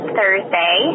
Thursday